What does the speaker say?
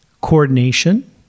coordination